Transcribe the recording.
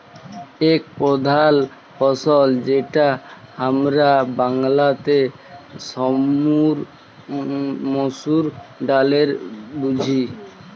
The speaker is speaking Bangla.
এক প্রধাল ফসল যেটা হামরা বাংলাতে মসুর ডালে বুঝি